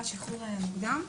השחרור המינהלי.